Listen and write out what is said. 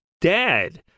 dad